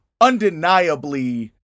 undeniably